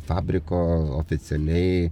fabriko oficialiai